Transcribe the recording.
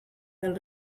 del